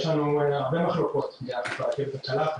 יש לנו הרבה מחלוקות ביחס לרכבת הקלה,